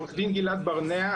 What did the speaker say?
עורך דין גלעד ברנע,